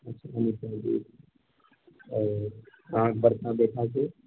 अच्छा हमर सभक एज ओ आओर बड़का बेटाके